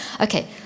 Okay